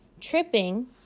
Tripping